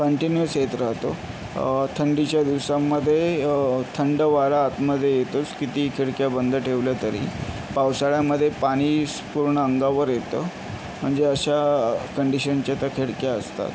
continuous येत राहतो थंडीच्या दिवसांमध्ये थंड वारा आतमध्ये येतोच कितीही खिडक्या बंद ठेवल्या तरी पावसाळ्यामध्ये पाणी पूर्ण अंगावर येतं म्हणजे अशा कंडिशनच्या त्या खिडक्या असतात